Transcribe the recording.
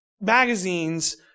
magazines